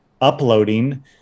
uploading